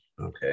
Okay